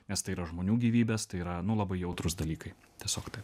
nes tai yra žmonių gyvybes tai yra nu labai jautrūs dalykai tiesiog taip